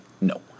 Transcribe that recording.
no